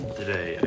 today